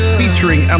featuring